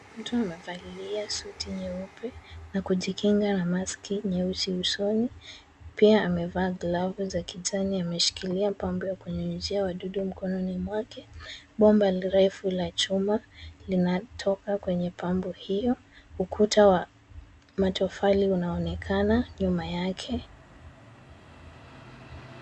Mtu amevalia suti nyeupe na kujikinga na maski nyeusi usoni. Pia amevaa glavu za kijani. Ameshikilia pampu ya kunyunyuzia wadudu mkononi mwake. Bomba refu la chuma linatoka kwenye pampu hiyo. Ukuta wa matofali unaonekana nyuma yake.